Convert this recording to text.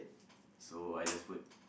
so I just put